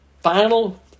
final